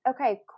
Okay